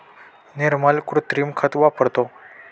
निर्मल कृत्रिम खत वापरतो